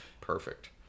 Perfect